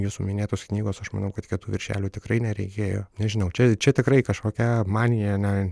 jūsų minėtos knygos aš manau kad kietų viršelių tikrai nereikėjo nežinau čia čia tikrai kažkokia manija na